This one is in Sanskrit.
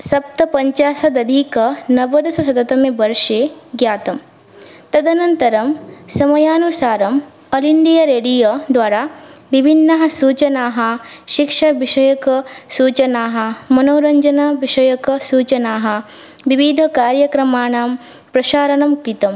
सप्तपञ्चाशत् अधिकनवदशशततमे वर्षे ज्ञातम् तदनन्तरं समयानुसारं आल् इण्डिया रेडियो द्वारा विभिन्नाः सूचनाः शिक्षाविषयकसूचनाः मनोरञ्जनविषयकसूचनाः विविधकार्यक्रमाणां प्रसारणं कृतं